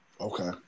Okay